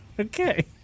Okay